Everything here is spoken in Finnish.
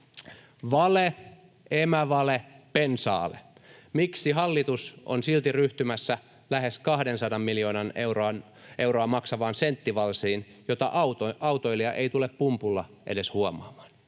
Vale, emävale, bensa-ale. Miksi hallitus on silti ryhtymässä lähes 200 miljoonaa euroa maksavaan senttivalssiin, jota autoilija ei tule pumpulla edes huomaamaan?